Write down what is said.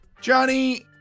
Johnny